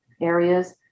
areas